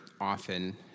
often